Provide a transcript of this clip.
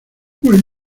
muy